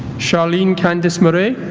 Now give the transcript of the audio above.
charleen candace morais